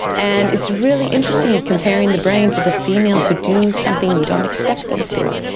and it's really interesting comparing the brains of the females who do something you don't expect them to,